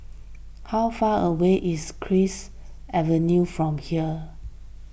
how far away is Cypress Avenue from here